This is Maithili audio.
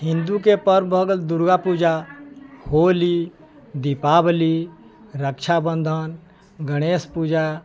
हिन्दूके पर्ब भऽ गेल दुर्गा पूजा होली दीपावली रक्षा बन्धन गणेश पूजा